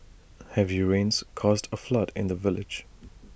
heavy rains caused A flood in the village